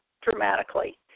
dramatically